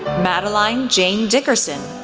madeleine jane dickerson,